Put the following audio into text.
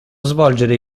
svolgere